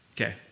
Okay